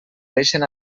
deixen